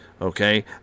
Okay